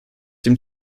dem